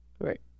Right